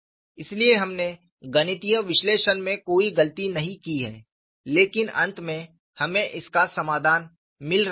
इसलिए हमने गणितीय विश्लेषण में कोई गलती नहीं की है लेकिन अंत में हमें इसका समाधान मिल रहा है